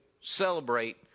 celebrate